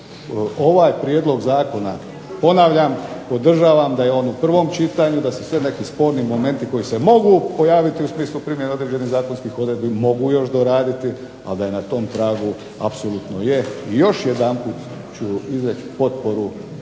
ovaj prijedlog zakona, ponavljam podržavam da je on u prvom čitanju, da se sve neki sporni momenti koji se mogu pojaviti u smislu primjene određenih zakonskih odredbi mogu još doraditi, ali da je na tom tragu apsolutno je. I još jedanput ću izreći potporu